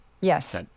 Yes